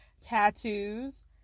tattoos